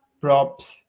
props